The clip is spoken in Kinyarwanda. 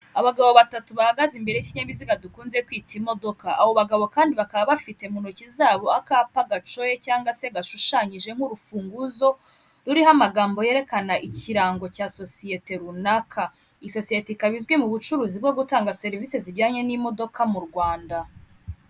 Abagabo batatu bahagaze imbere y'ikinyabiziga dukunze kwita imodoka, abo bagabo kandi bakaba bafite mu ntoki zabo akapa gacoye cyangwa se gashushanyije nk'urufunguzo ruriho amagambo yerekana ikirango cya sosiyete runaka, iyi sosiyete ikaba izwi mu bucuruzi bwo gutanga serivisi zijyanye n'imodoka mu Rwanda.